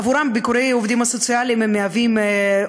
בעבורם ביקורי העובדים הסוציאליים הם עוגן